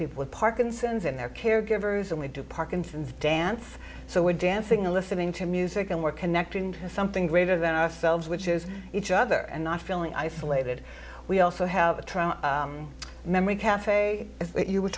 people with parkinson's and their caregivers and we do parkinson's dance so we're dancing or listening to music and we're connecting to something greater than ourselves which is each other and not feeling isolated we also have a memory cafe as you were